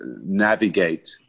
navigate